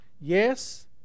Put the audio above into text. Yes